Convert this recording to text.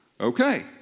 Okay